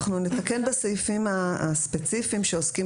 אנחנו נתקן בסעיפים הספציפיים שעוסקים